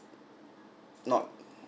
not